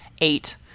eight